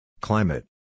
Climate